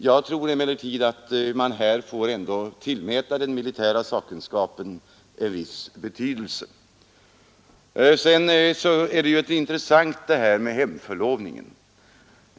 Jag tror emellertid att man får tillmäta den militära sakkunskapen en viss betydelse. Detta med hemförlovningen är ju intressant.